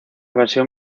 versión